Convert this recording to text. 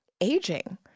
aging